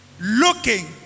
Looking